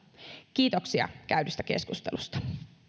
kiitoksia käydystä keskustelusta